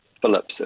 Phillips